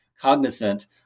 cognizant